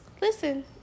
listen